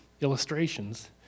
illustrations